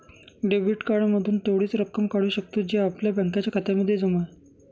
debit card मधून तेवढीच रक्कम काढू शकतो, जी आपल्या बँकेच्या खात्यामध्ये जमा आहे